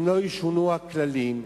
אם לא ישונו הכללים,